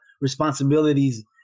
responsibilities